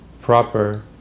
proper